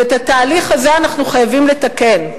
ואת התהליך הזה אנחנו חייבים לתקן.